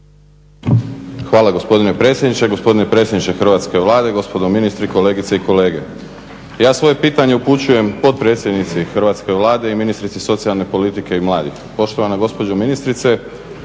Hvala gospodine predsjedniče. Gospodine predsjedniče Hrvatske vlade, gospodo ministri, kolegice i kolege ja svoje pitanje upućujem potpredsjednici Hrvatske vlade i ministrici socijalne politike i mladih. Poštovana gospođo ministrice